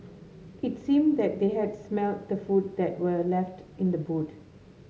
it seemed that they had smelt the food that were left in the boot